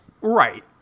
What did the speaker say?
Right